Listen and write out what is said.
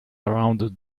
around